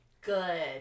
good